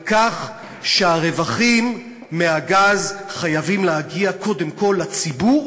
על כך שהרווחים מהגז חייבים להגיע קודם כול לציבור.